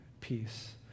peace